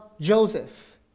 Joseph